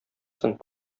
соң